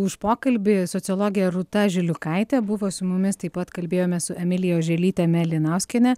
už pokalbį sociologė rūta žiliukaitė buvo su mumis taip pat kalbėjome su emilija oželyte melynauskiene